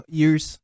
years